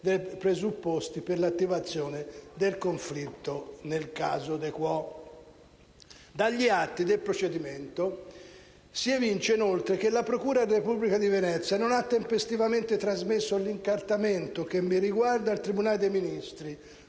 dei presupposti per l'attivazione del conflitto nel caso *de quo*». Dagli atti del procedimento si evince, inoltre, che la procura della Repubblica di Venezia non ha tempestivamente trasmesso l'incartamento che mi riguarda al Tribunale dei Ministri,